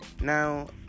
Now